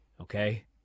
okay